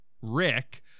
Rick